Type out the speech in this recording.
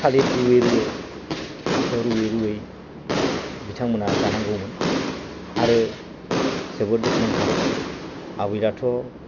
थालिर रुयै रुयै थास' रुयै रुयै बिथांमोनहा जानांगौमोन आरो जोबोद दुखुनांथाव आबैनाथ'